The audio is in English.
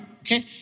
okay